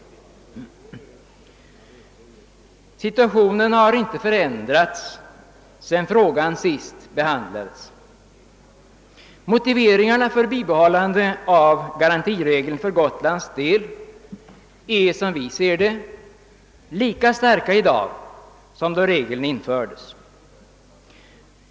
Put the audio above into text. Situationen har inte förändrats sedan frågan behandlades senast. Motiveringarna för bibehållande av nuvarande garantiregel för Gotlands del är, som vi ser det, lika starka i dag som då regeln infördes.